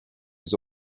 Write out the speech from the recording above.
has